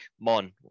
mon